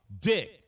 dick